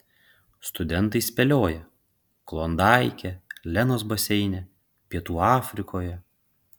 studentai spėlioja klondaike lenos baseine pietų afrikoje